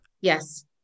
Yes